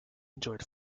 enjoyed